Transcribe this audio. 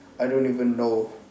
I don't even know